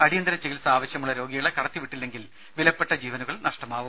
അടിയന്തര ചികിത്സ ആവശ്യമുള്ള രോഗികളെ കടത്തി വിട്ടില്ലെങ്കിൽ വിലപ്പെട്ട ജീവനുകൾ നഷ്ടമാവും